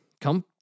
Come